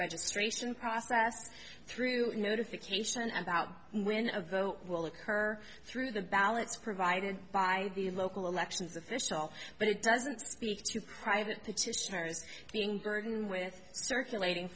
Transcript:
registration process through notification about when of though will occur through the ballots provided by the local elections official but it doesn't speak to private petitioners being burdened with circulating